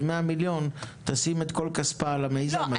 100 מיליון תשים את כל כספה על המיזם הזה.